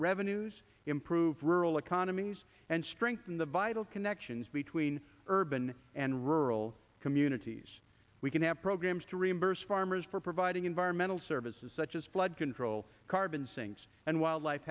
revenues improve rural economies and strengthen the vital connections between urban and rural communities we can have programs to reimburse farmers for providing environmental services such as flood control carbon sinks and wildlife